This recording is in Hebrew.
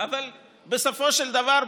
אבל בסופו של דבר,